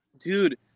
Dude